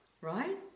right